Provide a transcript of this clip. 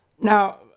Now